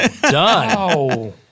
done